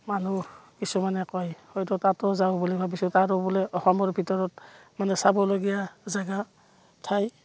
মানুহ কিছুমানে কয় হয়তো তাতো যাওঁ বুলি ভাবিছোঁ তাতো বোলে অসমৰ ভিতৰত মানে চাবলগীয়া জেগা ঠাই